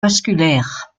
vasculaire